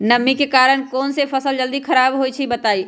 नमी के कारन कौन स फसल जल्दी खराब होई छई बताई?